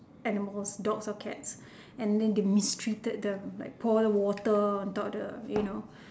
animals dogs or cats and then they mistreated the like pour the water on top of the you know